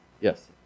Yes